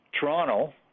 Toronto